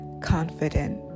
confident